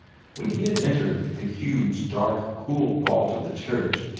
when he had entered the huge, dark, cool vault of the church,